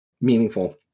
meaningful